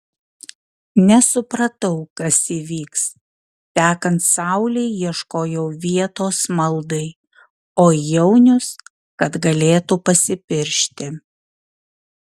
nesupratau kas įvyks tekant saulei ieškojau vietos maldai o jaunius kad galėtų pasipiršti